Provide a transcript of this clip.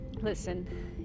Listen